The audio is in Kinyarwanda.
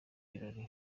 birori